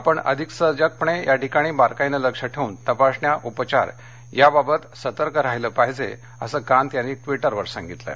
आपण अधिक सजगपणे या ठिकाणी बारकाईनं लक्ष ठेवून तपासण्या उपचार याबाबतीत सतर्क राहिलं पाहिजे असं कांत यांनी ट़वीटरवर म्हटलं आहे